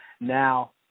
Now